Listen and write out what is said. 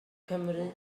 cymry